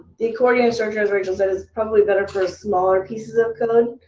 the accordion structure, as raechel says, is probably better for smaller pieces of content.